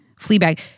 Fleabag